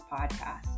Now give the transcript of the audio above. podcast